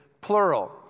plural